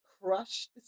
crush